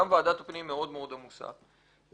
גם ועדת הפנים מאוד מאוד עמוסה ולכן,